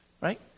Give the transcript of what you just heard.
right